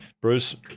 Bruce